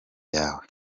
yawe